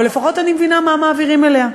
אבל לפחות אני מבינה מה מעבירים אליה.